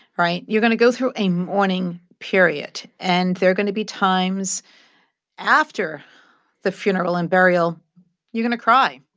right? you're going to go through a mourning period. and there are going to be times after the funeral and burial you're going to cry.